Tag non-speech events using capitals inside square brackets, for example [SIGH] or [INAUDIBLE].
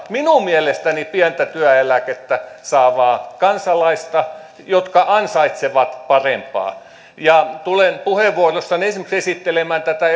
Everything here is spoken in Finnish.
minun mielestäni pientä työeläkettä saavaa kansalaista jotka ansaitsevat parempaa tulen puheenvuorossani ensimmäiseksi esittelemään tätä [UNINTELLIGIBLE]